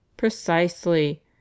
Precisely